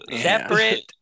Separate